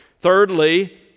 Thirdly